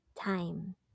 time